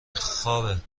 خوابه